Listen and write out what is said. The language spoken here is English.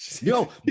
yo